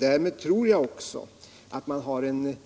Därför tror jag också att det «i finns en